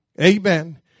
Amen